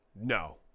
No